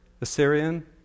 Assyrian